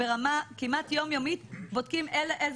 ברמה כמעט יומיומית בודקים אילו